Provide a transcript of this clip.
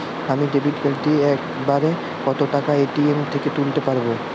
আমি debit card দিয়ে এক বারে কত টাকা এ.টি.এম থেকে তুলতে পারবো?